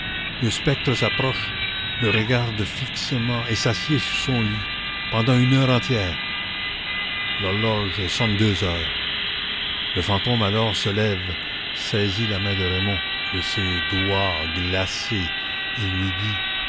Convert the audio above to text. le spectre s'approche le regarde fixement et s'assied sur son lit pendant une heure entière l'horloge sonne deux heures le fantôme alors se lève saisit la main de raymond de ses doigts glacés et lui dit